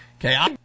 Okay